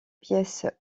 pièces